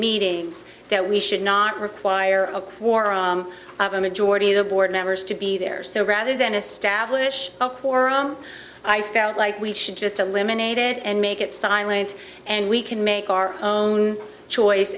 meetings that we should not require of war a majority of the board members to be there so rather than establish a quorum i felt like we should just a limb unaided and make it silent and we can make our own choice